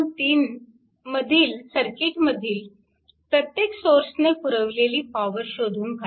3 मधील सर्किटमधील प्रत्येक सोर्सने पुरविलेली पॉवर शोधून काढा